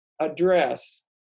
address